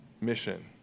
mission